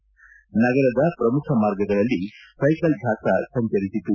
ನಗರದ ನಗರದ ಪ್ರಮುಖ ಮಾರ್ಗದಲ್ಲಿ ಸೈಕಲ್ ಜಾಥಾ ಸಂಚರಿಸಿತು